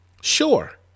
Sure